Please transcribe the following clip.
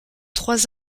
trois